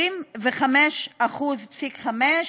25.5%,